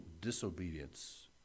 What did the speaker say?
disobedience